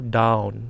down